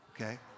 Okay